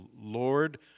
Lord